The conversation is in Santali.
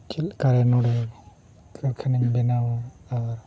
ᱪᱮᱫᱠᱟᱨᱮ ᱱᱚᱸᱰᱮ ᱠᱷᱟᱱᱤᱧ ᱵᱮᱱᱟᱣᱟ ᱟᱨ